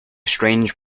strange